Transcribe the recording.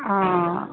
অঁ